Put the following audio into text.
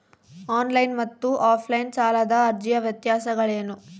On line ಮತ್ತು offline ಸಾಲದ ಅರ್ಜಿಯ ವ್ಯತ್ಯಾಸಗಳೇನು?